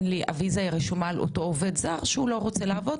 הוויזה היא רשומה על אותו עובד זר שהוא לא רוצה לעבוד,